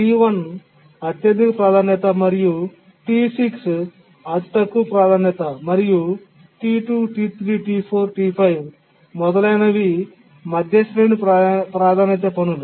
T 1 అత్యధిక ప్రాధాన్యత మరియు టి6 అతి తక్కువ ప్రాధాన్యత మరియు టి2 టి3 టి4 టి5 మొదలైనవి మధ్య శ్రేణి ప్రాధాన్యత పనులు